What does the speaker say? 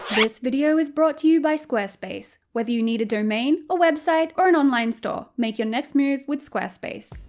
this video is brought to you by squarespace. whether you need a domain, a website, or an online store, make your next move with squarespace.